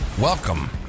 Welcome